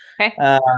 Okay